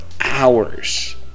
hours